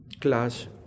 clash